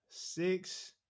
Six